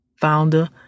founder